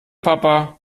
papa